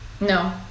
No